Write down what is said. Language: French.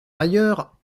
ailleurs